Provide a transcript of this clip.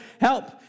help